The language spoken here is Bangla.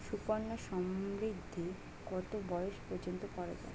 সুকন্যা সমৃদ্ধী কত বয়স পর্যন্ত করা যায়?